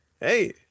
Hey